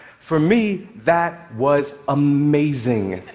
for me, that was amazing.